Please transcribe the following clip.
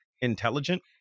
intelligent